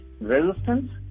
resistance